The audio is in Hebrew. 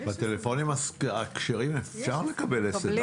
בטלפונים הכשרים אפשר לקבל אס.אם.אס.